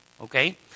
Okay